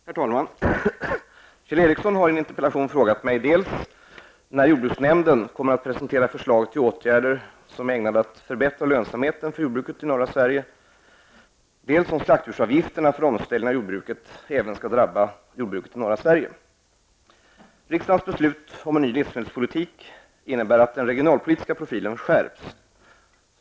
Herr talman! Kjell Ericsson har i en interpellation frågat mig dels när jordbruksnämnden kommer att presentera förslag till åtgärder som är ägnade att förbättra lönsamheten för jordbruket i norra Sverige, dels om slaktdjursavgifterna för omställningen av jordbruket även skall drabba jordbruket i norra Sverige. Riksdagens beslut om en ny livsmedelspolitik innebär att den regionalpolitiska profilen skärps.